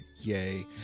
yay